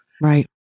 right